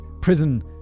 prison